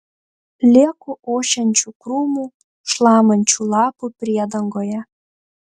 lieku ošiančių krūmų šlamančių lapų priedangoje